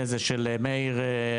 של מאיר?